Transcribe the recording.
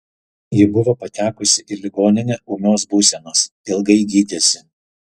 ji buvo patekusi į ligoninę ūmios būsenos ilgai gydėsi